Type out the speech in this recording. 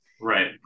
Right